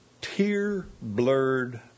tear-blurred